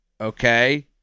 okay